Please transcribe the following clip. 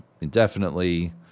indefinitely